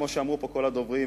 כמו שאמרו פה הדוברים,